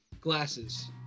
glasses